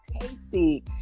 tasty